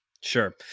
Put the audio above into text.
Sure